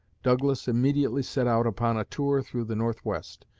douglas immediately set out upon a tour through the northwest,